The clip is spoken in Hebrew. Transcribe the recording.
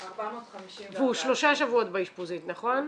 450 --- והוא שלושה שבועות באשפוזית נכון?